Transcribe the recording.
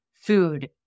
food